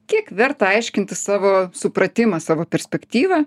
kiek verta aiškinti savo supratimą savo perspektyvą